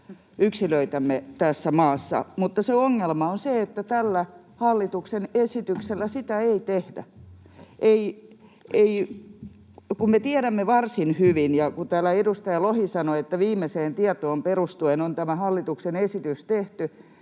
yksilöitämme tässä maassa. Mutta ongelma on se, että tällä hallituksen esityksellä sitä ei tehdä, ei, kun me tiedämme varsin hyvin — kun täällä edustaja Lohi sanoi, että viimeiseen tietoon perustuen on tämä hallituksen esitys tehty